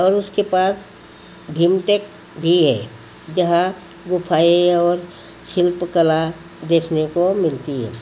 और उसके पास भिमबेटका भी है जहाँ गुफाएं और शिल्पकला देखने को मिलती है